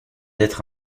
être